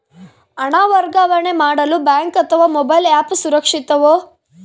ಹಣ ವರ್ಗಾವಣೆ ಮಾಡಲು ಬ್ಯಾಂಕ್ ಅಥವಾ ಮೋಬೈಲ್ ಆ್ಯಪ್ ಸುರಕ್ಷಿತವೋ?